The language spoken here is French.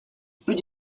plus